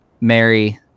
Mary